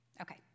Okay